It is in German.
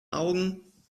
augen